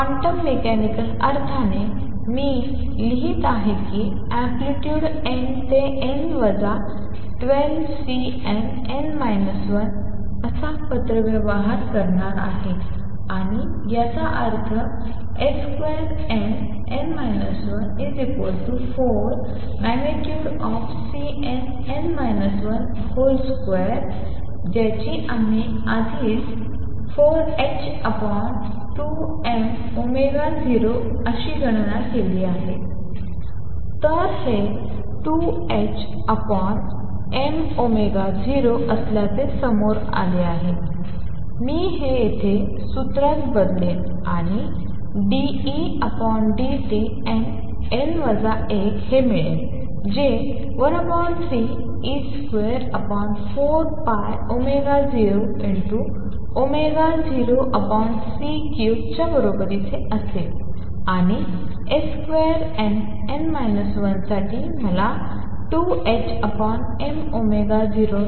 quantum mechanical अर्थाने मग मी लिहित आहे की अँप्लितुड n ते n वजा 1 2Cnn 1 असा पत्रव्यवहार करणार आहे आणि याचा अर्थ Ann 124।Cnn 1 ।2 ज्याची आम्ही आधीच 4ℏ2m0गणना केली आहे तर हे 2ℏm0असल्याचे समोर आले आहे मी हे येथे सूत्रात बदलेन आणि dEdtnn 1 हे मिळेल जे 13e24π004c3च्या बरोबरीने असेल आणि Ann 12 साठी मला 2ℏm0